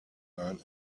earn